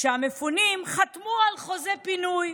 שהמפונים חתמו על חוזה פינוי.